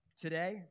today